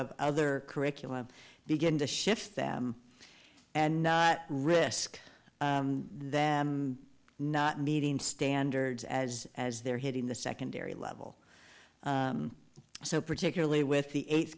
of other curriculum begin to shift them and risk them not meeting standards as as they're hitting the secondary level so particularly with the eighth